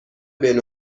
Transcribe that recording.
بین